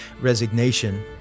Resignation